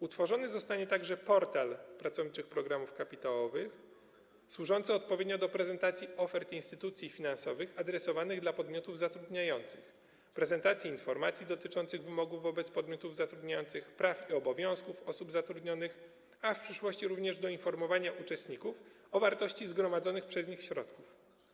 Utworzony zostanie także portal pracowniczych programów kapitałowych służący odpowiednio do prezentacji ofert instytucji finansowych adresowanych do podmiotów zatrudniających, prezentacji informacji dotyczących wymogów wobec podmiotów zatrudniających, praw i obowiązków osób zatrudnionych, a w przyszłości również do informowania uczestników o wartości zgromadzonych przez nich środków.